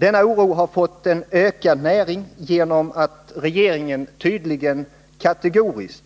Denna oro har fått ökad näring genom att regeringen tydligen kategoriskt